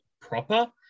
proper